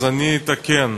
אז אני אתקן.